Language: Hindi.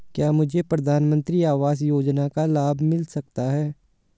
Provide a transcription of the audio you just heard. क्या मुझे प्रधानमंत्री आवास योजना का लाभ मिल सकता है?